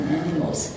animals